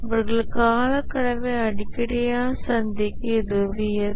அவர்கள் காலக்கெடுவை அடிக்கடி சந்திக்க இது உதவியது